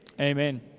amen